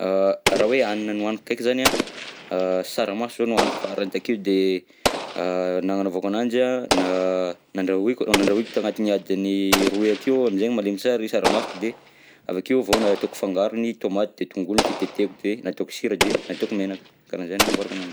Raha hoe hanina nohaniko ndreky zany an, a tsaramaso zao no nohaniko farany takeo, de nagnanaovako ananjy an na- nandrahoiko nandrahoiko tanatiny adiny roy akeo amizay malemy tsara i tsaramaso, de avy akeo vao nataoko fangarony tômaty, de tongolo, de tetehiko, de nataoko sira de nataoko menaka, karaha anizegny nanamboarako ananjy.